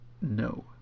no